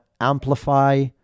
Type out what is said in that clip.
amplify